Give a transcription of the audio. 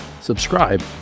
subscribe